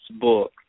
book